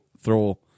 throw